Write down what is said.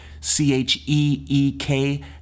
C-H-E-E-K